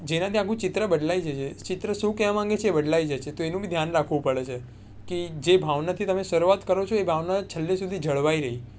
જેનાથી આખું ચિત્ર બદલાઈ જશે આખું ચિત્ર શું કહેવા માંગે છે તો એનું બી ધ્યાન રાખવું પડે છે કે જે ભાવનાથી તમે શરૂઆત કરો છો એ ભાવના છેલ્લે સુધી જળવાઈ રહે